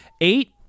Eight